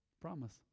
Promise